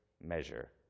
measure